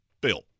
Bill